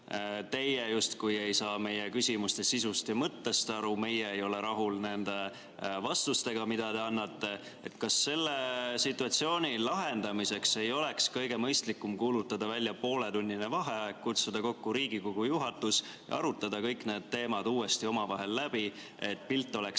teie justkui ei saa meie küsimuste sisust ja mõttest aru, meie ei ole rahul nende vastustega, mida te annate. Kas selle situatsiooni lahendamiseks ei oleks kõige mõistlikum kuulutada välja pooletunnine vaheaeg, kutsuda kokku Riigikogu juhatus ja arutada kõik need teemad uuesti omavahel läbi, et pilt oleks